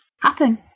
happen